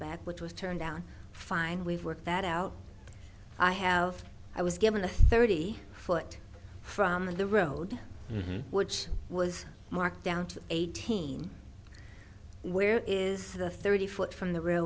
setback which was turned out fine we've worked that out i have i was given a thirty foot from the road which was marked down to eighteen where is the thirty foot from the r